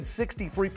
63%